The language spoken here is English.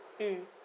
mm